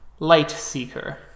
Lightseeker